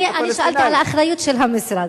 אני שאלתי על האחריות של המשרד.